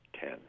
ten